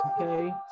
Okay